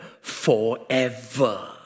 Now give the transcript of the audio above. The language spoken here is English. forever